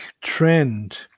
trend